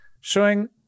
showing